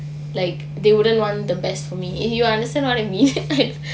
like they wouldn't want the best for me eh you understand what I mean